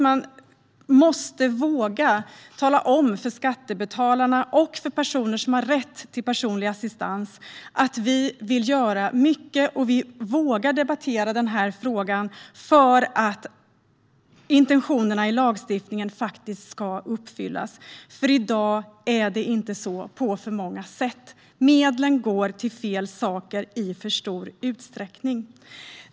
Man måste våga tala om för skattebetalarna och för personer som har rätt till personlig assistans att vi vill göra mycket och att vi vågar debattera frågan för att intentionerna i lagstiftningen faktiskt ska uppfyllas. I dag är det på alltför många sätt inte så. Medlen går till fel saker i för stor utsträckning.